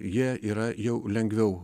jie yra jau lengviau